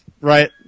right